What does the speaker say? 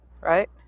Right